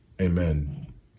amen